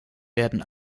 werden